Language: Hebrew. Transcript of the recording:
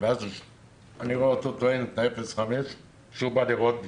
ואז ראיתי אותו טוען את ה-0.5 ובא לירות בי.